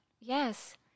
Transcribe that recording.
Yes